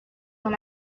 dans